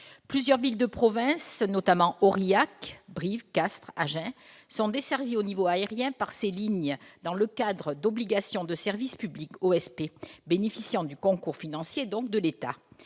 Plusieurs villes de province, notamment Aurillac, Brive, Castres, Agen, sont desservies au niveau aérien par ces lignes dans le cadre d'obligations de service public, les OSP, bénéficiant du concours financier de l'État,